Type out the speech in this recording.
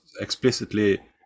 explicitly